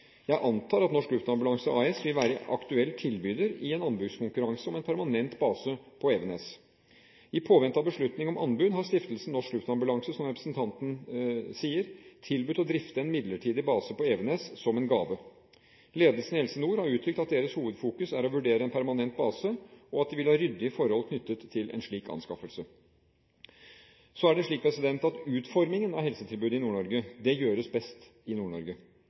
Jeg antar at Norsk Luftambulanse AS vil være aktuell tilbyder i en anbudskonkurranse om en permanent base på Evenes. I påvente av beslutning om anbud har Stiftelsen Norsk Luftambulanse, som representanten sier, tilbudt å drifte en midlertidig base på Evenes som en gave. Ledelsen i Helse Nord har uttrykt at deres hovedfokus er å vurdere en permanent base, og at de vil ha ryddige forhold knyttet til en slik anskaffelse. Utformingen av helsetilbudet i Nord-Norge gjøres best i Nord-Norge. Jeg har liten tro på at det vil gagne innbyggerne i